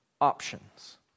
options